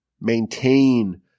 maintain